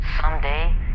Someday